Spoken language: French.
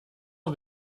aux